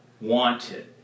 wanted